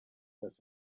dass